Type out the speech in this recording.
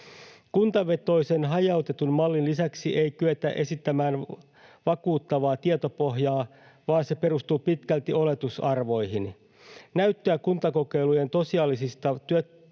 Kuntavetoisen hajautetun mallin lisäksi ei kyetä esittämään vakuuttavaa tietopohjaa, vaan se perustuu pitkälti oletusarvoihin. Näyttöä kuntakokeilujen tosiasiallisista